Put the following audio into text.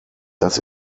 das